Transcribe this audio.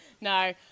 No